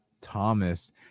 Thomas